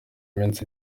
minsi